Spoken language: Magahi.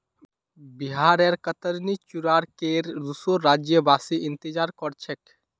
बिहारेर कतरनी चूड़ार केर दुसोर राज्यवासी इंतजार कर छेक